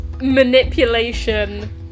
Manipulation